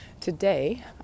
today